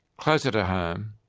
closer to home,